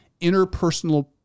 interpersonal